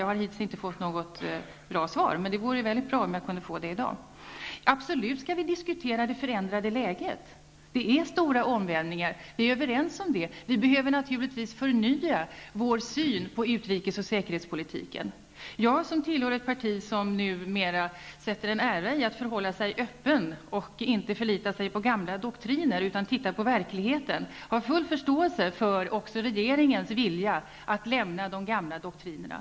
Jag har hittills inte fått något bra svar, men det vore mycket bra om jag kunde få det i dag. Vi skall absolut diskutera det förändrade läget. Vi är överens om att det är fråga om stora omvälvningar. Vi behöver naturligtvis förnya vår syn på utrikes och säkerhetspolitiken. Jag, som tillhör ett parti som numera sätter en ära i att förhålla sig öppet och att inte förlita sig på gamla doktriner utan se till verkligheten, har full förståelse också för regeringens vilja att lämna de gamla doktrinerna.